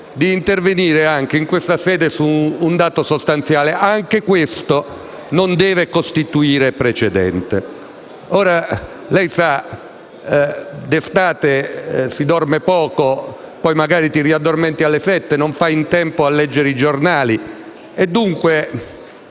di intervenire in questa sede su un dato sostanziale, e anche questo non deve costituire precedente. Lei sa che d'estate si dorme poco, magari ci si riaddormenta alle sette e non si fa in tempo a leggere i giornali.